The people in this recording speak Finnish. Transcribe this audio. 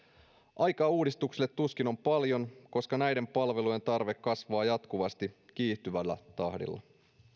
aikaa uudistuksille tuskin on paljon koska näiden palvelujen tarve kasvaa jatkuvasti kiihtyvällä tahdilla